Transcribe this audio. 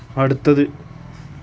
അടുത്തത്